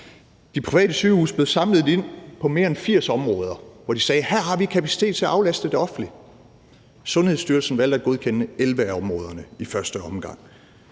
De private sygehuse bød samlet set ind på mere end 80 områder, hvor de sagde: Her har vi kapacitet til at aflaste det offentlige. Sundhedsstyrelsen valgte at godkende 11 af områderne i første omgang.